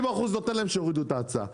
50% נותן להם שיורידו את ההצעה.